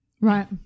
Right